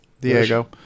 Diego